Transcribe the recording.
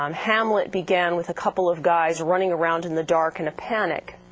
um hamlet began with a couple of guys running around in the dark in a panic.